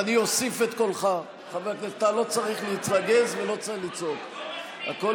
אני עכשיו חוזר על מי שלא הצביע קודם.